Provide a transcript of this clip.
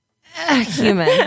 human